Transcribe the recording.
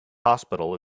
hospital